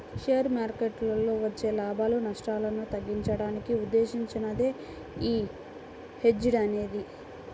share మార్కెట్టులో వచ్చే లాభాలు, నష్టాలను తగ్గించడానికి ఉద్దేశించినదే యీ హెడ్జ్ అనేది